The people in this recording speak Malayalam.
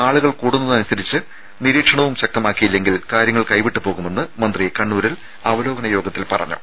ആളുകൾ കൂടുന്നതനുസരിച്ച് നിരീക്ഷണവും ശക്തമാക്കിയില്ലെങ്കിൽ കാര്യങ്ങൾ കൈവിട്ടു പോകുമെന്ന് മന്ത്രി കണ്ണൂരിൽ അവലോകന യോഗത്തിൽ പറഞ്ഞു